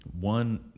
one